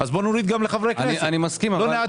לא יותר מזה.